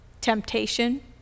temptation